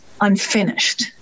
unfinished